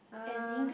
uh